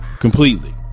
Completely